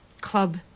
club